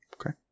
Okay